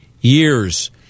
years